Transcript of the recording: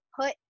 put